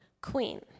Queen